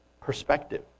Perspective